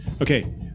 okay